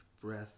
breath